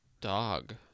dog